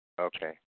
Okay